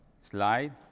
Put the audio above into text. slide